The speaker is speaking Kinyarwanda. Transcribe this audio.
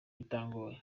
bitangoye